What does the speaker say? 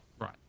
Right